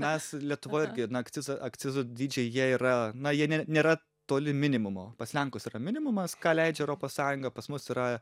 mes lietuvoj irgi na akciza akcizų dydžiai jie yra na jie nė nėra toli minimumo pas lenkus yra minimumas ką leidžia europos sąjunga pas mus yra